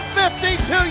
52